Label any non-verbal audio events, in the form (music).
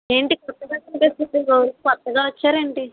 ఏంటి కొత్తగా (unintelligible) కొత్తగా వచ్చారా ఏంటి